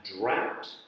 drought